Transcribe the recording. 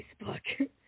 Facebook